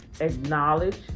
acknowledge